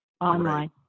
online